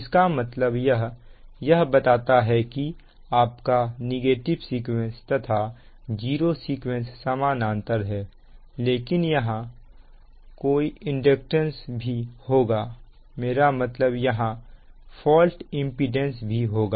इसका मतलब यह यह बताता है कि आपका नेगेटिव सीक्वेंस तथा जीरो सीक्वेंस समानांतर है लेकिन यहां फेज इंपीडेंस भी होगा ही होगा